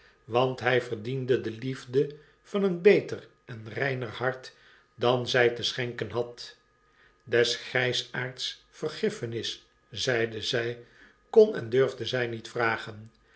want hy verdiende de liefde van een beter en reiner hart dan zjj te schenken had des grysaards vergiffenis zeide zij kon en durfde zy niet vragen